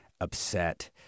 upset